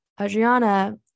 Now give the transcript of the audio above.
Adriana